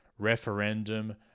referendum